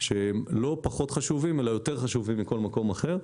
שהם לא פחות חשובים אלא יותר חשובים מכל מקום אחר.